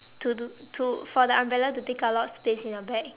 to do to for the umbrella to take up a lot of space in your bag